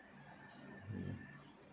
mm